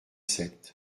sept